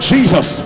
Jesus